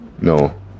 No